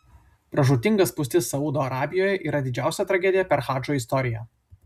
pražūtinga spūstis saudo arabijoje yra didžiausia tragedija per hadžo istoriją